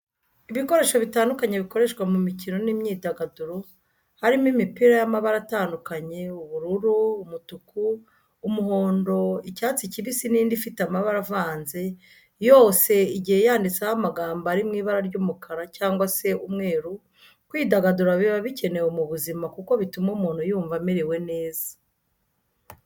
Ibikoresho bitandukanye bikoreshwa mu mikino n'imyidagaduro, harimo imipira y'amabara atandukanye ubururu, umutuku, umuhondo, icyatsi kibisi n'indi ifite amabara avanze yose igiye yanditseho amagambo ari mu ibara ry'umukara cyangwa se umweru, kwidagadura biba bikenewe mu buzima kuko bituma umuntu yumva amerewe neza.